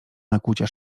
nakłucia